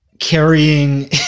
carrying